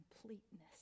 Completeness